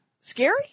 scary